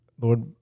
Lord